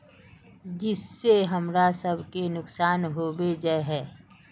जिस से हमरा सब के नुकसान होबे जाय है?